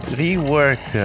rework